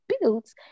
builds